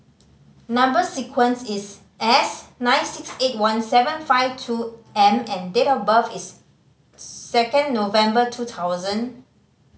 number sequence is S nine six eight one seven five two M and date of birth is second November two thousand